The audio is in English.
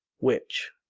which?